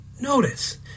Notice